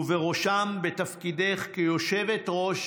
ובראשן בתפקידך כיושבת-ראש